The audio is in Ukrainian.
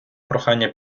прохання